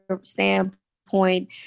standpoint